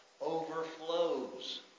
overflows